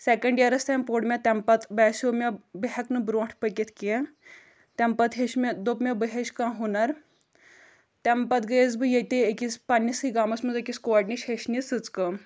second یِیرَس تانۍ پوٚر مےٚ تمہِ پَتہٕ باسیٚو مےٚ بہٕ ہٮ۪کہٕ نہٕ برونٛٹھ پٔکِتھ کینٛہہ تَمہِ پَتہٕ ہیٚچھ مےٚ دوٚپ مےٚ بہٕ ہیٚچھٕ کانٛہہ ہُنٛر تَمہِ پَتہٕ گٔیَس بہٕ ییٚتہِ أکِس پنٛنِسٕے گامَس منٛز أکِس کورِ نِش ہیٚچھنہِ سٕژ کٲم